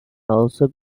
also